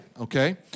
Okay